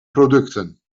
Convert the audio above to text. producten